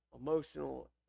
emotional